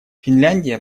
финляндия